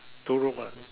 two room ah